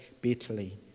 bitterly